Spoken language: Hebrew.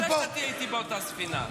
אני רוצה שתהיה איתי באותה ספינה.